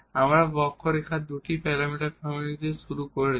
আমরা কার্ভর দুটি প্যারামিটার ফ্যামিলি দিয়ে শুরু করেছি